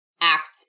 act